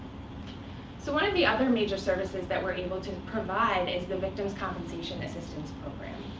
so one of the other major services that we're able to provide is the victims compensation assistance program,